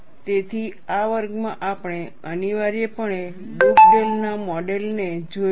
તેથી આ વર્ગમાં આપણે અનિવાર્યપણે ડુગડેલના મોડેલ Dugdale's modelને જોયું છે